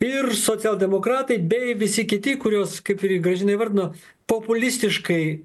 ir socialdemokratai bei visi kiti kurios kaip ir gražina įvardino populistiškai